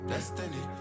Destiny